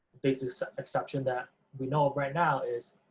biggest exception that we know of right now is